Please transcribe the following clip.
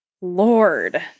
Lord